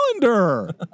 calendar